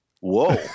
Whoa